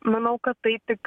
manau kad tai tik